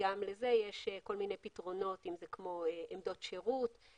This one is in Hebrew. וגם לזה יש כל מיני פתרונות כמו עמדות שירות,